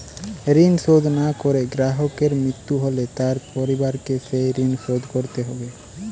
ঋণ শোধ না করে গ্রাহকের মৃত্যু হলে তার পরিবারকে সেই ঋণ শোধ করতে হবে?